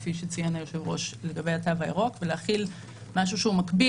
כפי שציין היושב ראש לגבי התו הירוק ולהחיל משהו שהוא מקביל